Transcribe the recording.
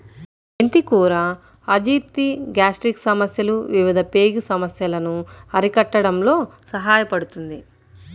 మెంతి కూర అజీర్తి, గ్యాస్ట్రిక్ సమస్యలు, వివిధ పేగు సమస్యలను అరికట్టడంలో సహాయపడుతుంది